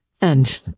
And